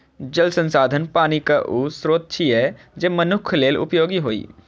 जल संसाधन पानिक ऊ स्रोत छियै, जे मनुक्ख लेल उपयोगी होइ